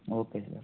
okay sir